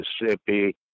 Mississippi